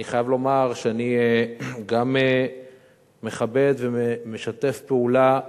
ואני חייב לומר שאני גם מכבד ומשתף פעולה,